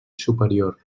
superior